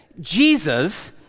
Jesus